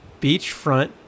beachfront